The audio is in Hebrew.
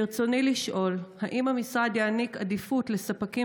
ברצוני לשאול: 1. האם המשרד יעניק עדיפות לספקים